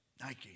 Nike